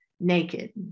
naked